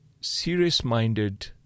serious-minded